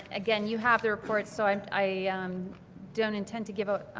again, you have the reports, so um i um don't intend to give a